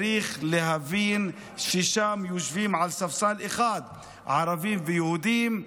צריך להבין ששם יושבים על ספסל אחד ערבים ויהודים,